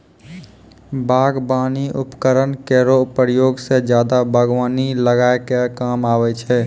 बागबानी उपकरन केरो प्रयोग सें जादा बागबानी लगाय क काम आबै छै